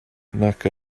nac